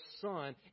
son